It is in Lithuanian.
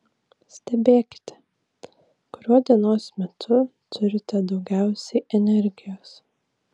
stebėkite kuriuo dienos metu turite daugiausiai energijos